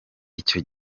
icyo